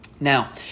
Now